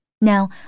Now